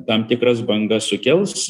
tam tikras bangas sukels